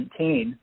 2017